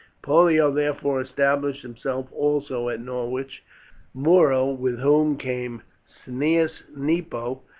pollio therefore established himself also at norwich muro, with whom came cneius nepo,